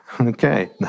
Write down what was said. Okay